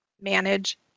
manage